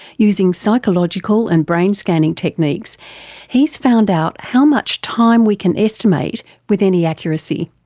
using psychological and brain scanning techniques he's found out how much time we can estimate with any accuracy.